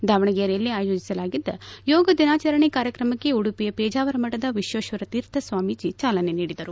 ದಾವಣಗೆರೆಯಲ್ಲಿ ಆಯೋಜಿಸಲಾಗಿದ್ದ ಯೋಗ ದಿನಾಚರಣೆ ಕಾರ್ಯಕ್ರಮಕ್ಕೆ ಉಡುಪಿಯ ಪೇಜಾವರ ಮಠದ ವಿಶ್ವೇಶ ತೀರ್ಥ ಸ್ವಾಮಿ ಚಾಲನೆ ನೀಡಿದರು